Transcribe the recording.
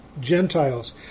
Gentiles